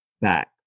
back